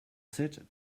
set